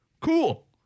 Cool